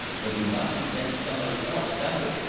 but he must see that somebody else does it,